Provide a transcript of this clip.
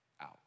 out